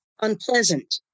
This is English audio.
unpleasant